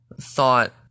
thought